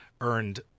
earned